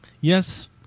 yes